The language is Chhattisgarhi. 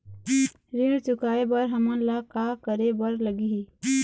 ऋण चुकाए बर हमन ला का करे बर लगही?